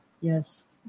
Yes